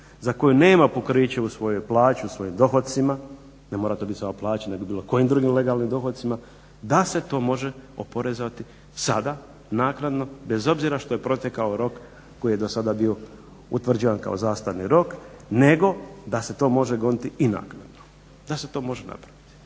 za koju nema pokriće u svojoj plaći, u svojim dohodcima. Ne mora biti to samo plaća, nego bilo kojim drugim legalnim dohodcima da se to može oporezovati sada, naknadno bez obzira što je protekao rok koji je do sada bio utvrđen kao zastarni rok nego da se to može goniti i naknadno, da se to može napraviti.